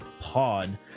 pod